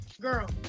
Girl